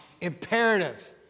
imperative